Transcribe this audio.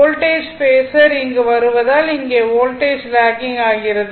voltage phasor இங்கு வருவதால் இங்கே வோல்டேஜ் லாக்கிங் ஆகிறது